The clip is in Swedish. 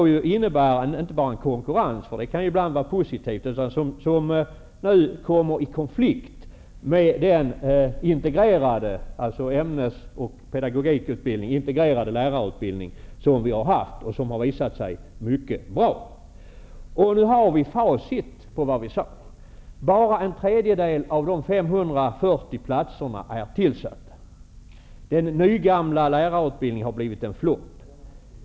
Den skulle innebära inte bara konkurrens -- det kan ibland vara positivt -- men den skulle också komma i konflikt med den ämnes och pedagogikintegrerade utbildning som vi har haft och som visat sig mycket bra. Nu har vi facit. Bara en tredjedel av de 540 platserna i den nya utbildningen är tillsatta. Den nygamla lärarutbildningen har blivit en flopp.